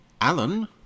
Alan